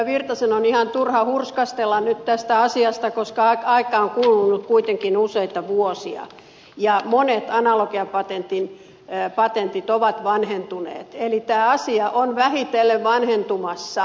virtasen on ihan turha hurskastella nyt tässä asiassa koska aikaa on kulunut kuitenkin useita vuosia ja monet analogiapatentit ovat vanhentuneet eli tämä asia on vähitellen vanhentumassa